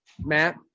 Matt